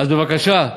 אז בבקשה,